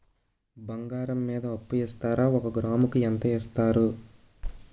బంగారం మీద అప్పు ఇస్తారా? ఒక గ్రాము కి ఎంత ఇస్తారు?